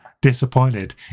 disappointed